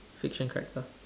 fiction character